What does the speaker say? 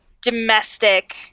domestic